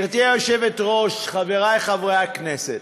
גברתי היושבת-ראש, חבריי חברי הכנסת,